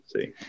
see